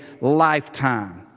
lifetime